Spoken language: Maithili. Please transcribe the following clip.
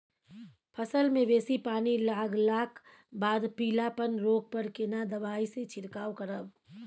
फसल मे बेसी पानी लागलाक बाद पीलापन रोग पर केना दबाई से छिरकाव करब?